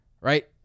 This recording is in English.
right